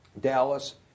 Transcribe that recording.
Dallas